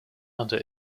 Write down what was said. under